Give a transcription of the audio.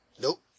Nope